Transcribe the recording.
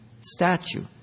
statue